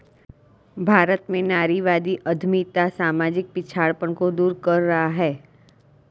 भारत में नारीवादी उद्यमिता सामाजिक पिछड़ापन को दूर कर रहा है